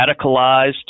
radicalized